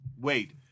Wait